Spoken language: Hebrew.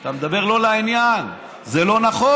אתה מדבר לא לעניין, זה לא נכון,